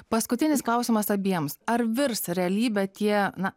paskutinis klausimas abiems ar virs realybe tie na